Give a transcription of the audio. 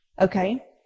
okay